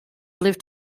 lift